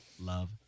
Love